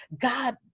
God